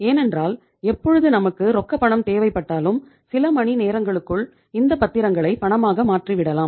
ஏனென்றால் எப்பொழுது நமக்கு ரொக்கப்பணம் தேவைப்பட்டாலும் சில மணி நேரங்களுக்குள் இந்தப் பத்திரங்களை பணமாக மாற்றி விடலாம்